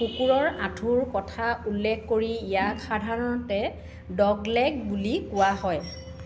কুকুৰৰ আঁঠুৰ কথা উল্লেখ কৰি ইয়াক সাধাৰণতে 'ডগলেগ' বুলি কোৱা হয়